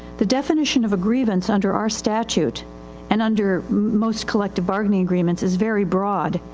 the definition of a grievance under our statute and under most collective bargaining agreements is very broad.